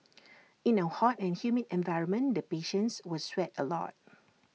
in our hot and humid environment the patients were sweat A lot